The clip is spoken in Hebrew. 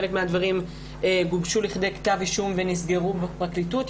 חלק מהדברים גובשו לכדי כתב אישום ונסגרו בפרקליטות.